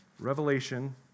Revelation